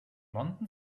london